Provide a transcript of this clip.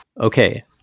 Okay